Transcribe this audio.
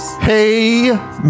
Hey